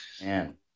Man